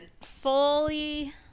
fully